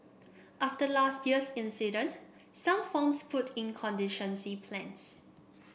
after last year's incident some farms put in contingency plans